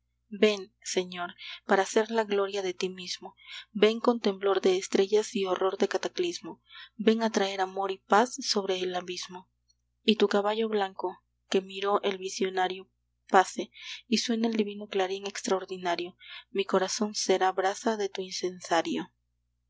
ven señor para hacer la gloria de ti mismo ven con temblor de estrellas y horror de cataclismo ven a traer amor y paz sobre el abismo y tu caballo blanco que miró el visionario pase y suene el divino clarín extraordinario mi corazón será brasa de tu incensario